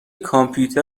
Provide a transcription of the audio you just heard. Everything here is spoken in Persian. کامپیوتر